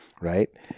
right